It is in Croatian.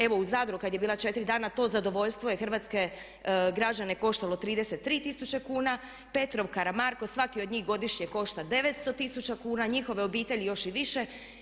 Evo u Zadru kad je bila 4 dana, to zadovoljstvo je hrvatske građane koštalo 33 tisuće kuna, Petrov, Karamarko, svaki od njih godišnje košta 900 tisuća kuna, njihove obitelji još i više.